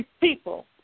people